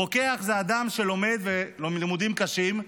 רוקח זה אדם שלומד לימודים קשים,